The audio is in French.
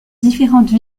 différentes